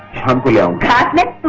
hungry and